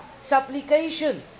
supplication